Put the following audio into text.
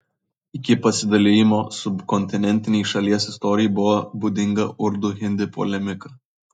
iki pasidalijimo subkontinentinei šalies istorijai buvo būdinga urdu hindi polemika